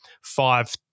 five